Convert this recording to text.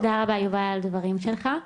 תודה רבה יובל על הדברים שלך.